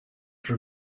for